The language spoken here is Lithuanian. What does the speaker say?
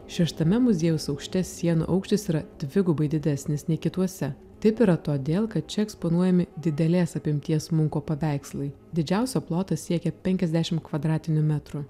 šeštame muziejaus aukšte sienų aukštis yra dvigubai didesnis nei kituose taip yra todėl kad čia eksponuojami didelės apimties munko paveikslai didžiausio plotas siekia penkiasdešim kvadratinių metrų